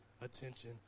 attention